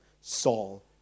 Saul